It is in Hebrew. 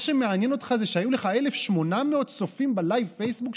מה שמעניין אותך זה שהיו לך 1,800 צופים בלייב פייסבוק שלך?